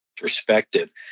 perspective